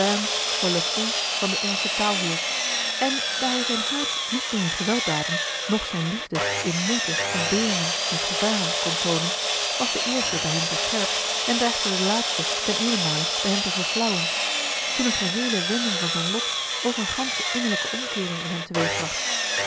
van de engelsche taal hield en daar hij zijn haat niet meer in gewelddaden noch zijne liefde in moeite ontberingen en gevaren kon toonen was de eerste bij hem verscherpt en dreigde de laatste ten eenenmale bij hem te verflauwen toen eene geheele wending van zijn lot ook eene gansche innerlijke omkeering in hem